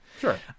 Sure